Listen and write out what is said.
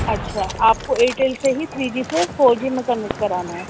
اچھا آپ کو ایئرٹیل سے ہی تھری جی سے فور جی میں کنورٹ کرانا ہے